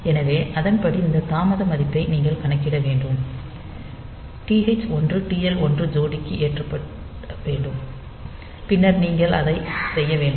எனவே அதன்படி இந்த தாமத மதிப்பை நீங்கள் கணக்கிட வேண்டும் TH 1 TL 1 ஜோடிக்கு ஏற்றப்பட வேண்டும் பின்னர் நீங்கள் அதை செய்ய வேண்டும்